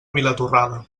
vilatorrada